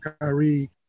Kyrie